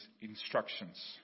instructions